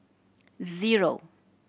zero